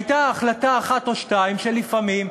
הייתה החלטה אחת או שתיים שלפעמים,